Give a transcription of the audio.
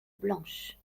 blanche